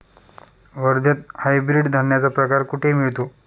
वर्ध्यात हायब्रिड धान्याचा प्रकार कुठे मिळतो?